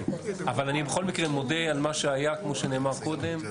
אבל אני בכל מקרה מודה על מה שהיה כמו שנאמר קודם.